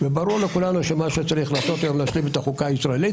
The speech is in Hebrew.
ברור לכולנו שמה שצריך לעשות היום כדי להשלים את החוקה הישראלית,